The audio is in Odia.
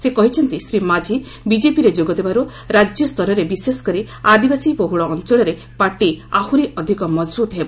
ସେ କହିଛନ୍ତି ଶ୍ରୀ ମାଝି ବିଜେପିରେ ଯୋଗଦେବାରୁ ରାଜ୍ୟସ୍ତରରେ ବିଶେଷକରି ଆଦିବାସୀ ବହ୍ରଳ ଅଞ୍ଚଳରେ ପାର୍ଟି ଆହୁରି ଅଧିକ ମଜବୁତ ହେବ